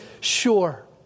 sure